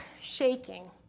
shaking